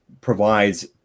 provides